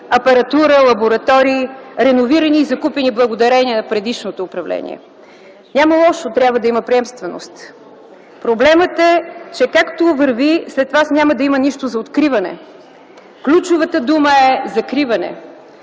апаратура, лаборатории, реновирани и закупени благодарение на предишното управление. Няма лошо, трябва да има приемственост. Проблемът е, че както върви, след вас няма да има нищо за откриване, ключовата дума е „закриване”.